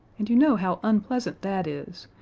and you know how unpleasant that is,